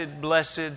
blessed